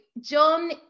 John